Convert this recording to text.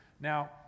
Now